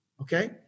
okay